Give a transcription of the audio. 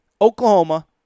Oklahoma